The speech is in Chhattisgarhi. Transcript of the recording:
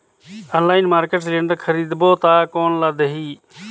ऑनलाइन मार्केट सिलेंडर खरीदबो ता कोन ला देही?